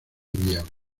viable